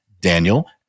Daniel